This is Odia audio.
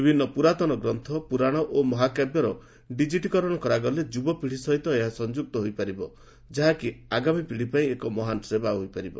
ବିଭିନ୍ନ ପୁରାତନ ଗ୍ରନ୍ଥ ପୁରାଣ ଓ ମହାକାବ୍ୟର ଡିଜିଟୀକରଣ କରାଗଲେ ଯୁବପିଢ଼ି ସହିତ ଏହା ସଂଯୁକ୍ତ ହୋଇପାରିବ ଯାହାକି ଆଗାମୀ ପିଢ଼ିପାଇଁ ଏକ ମହାନ୍ ସେବା ହୋଇପାରିବ